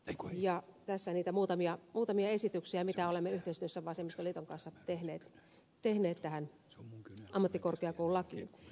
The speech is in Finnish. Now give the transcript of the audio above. ja tässä niitä muutamia esityksiä mitä olemme yhteistyössä vasemmistoliiton kanssa tehneet tähän ammattikorkeakoululakiin